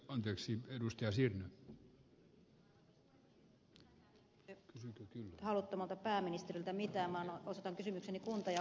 minäkään en kysy haluttomalta pääministeriltä mitään vaan osoitan kysymykseni kunta ja oikeusministereille